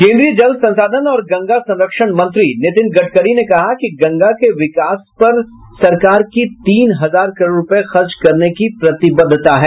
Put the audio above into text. केन्द्रीय जल संसाधन और गंगा संरक्षण मंत्री नितिन गडकरी ने कहा कि गंगा के विकास पर सरकार की तीन हजार करोड़ रुपए खर्च करने की प्रतिबद्धता है